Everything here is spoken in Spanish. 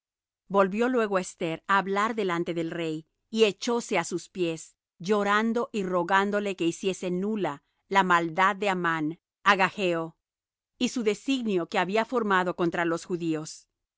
volvió luego esther á hablar delante del rey y echóse á sus pies llorando y rogándole que hiciese nula la maldad de amán agageo y su designio que había formado contra los judíos